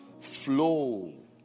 flow